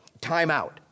timeout